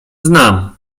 znam